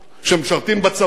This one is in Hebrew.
שמשרתים בצבא,